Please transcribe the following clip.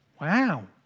wow